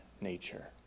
nature